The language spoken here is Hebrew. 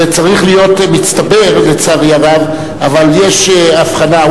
זה צריך להיות מצטבר, לצערי הרב, אבל יש הבחנה.